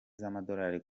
z’amadolari